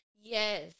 Yes